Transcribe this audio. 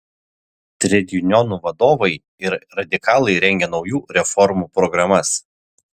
tredjunionų vadovai ir radikalai rengė naujų reformų programas